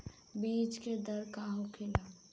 बीज के दर का होखेला?